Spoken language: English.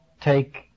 take